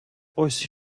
ось